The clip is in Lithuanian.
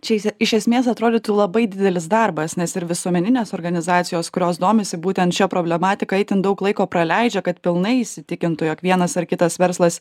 čia iš esmės atrodytų labai didelis darbas nes ir visuomeninės organizacijos kurios domisi būtent šia problematika itin daug laiko praleidžia kad pilnai įsitikintų jog vienas ar kitas verslas